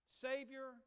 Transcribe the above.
Savior